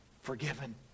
forgiven